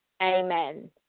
amen